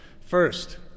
First